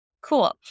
Cool